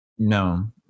No